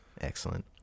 Excellent